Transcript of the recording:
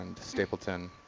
Stapleton